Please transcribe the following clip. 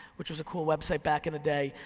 which was a cool website back in the day.